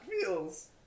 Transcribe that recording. feels